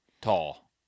Tall